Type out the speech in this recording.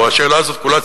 או השאלה הזאת כולה,